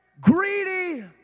greedy